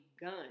gun